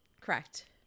Correct